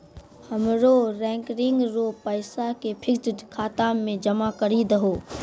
हमरो रेकरिंग रो पैसा के फिक्स्ड खाता मे जमा करी दहो